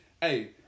Hey